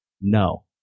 No